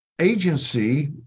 agency